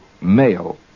male